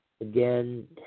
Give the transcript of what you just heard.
again